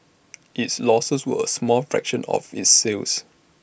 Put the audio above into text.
its losses were A small fraction of its sales